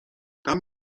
tam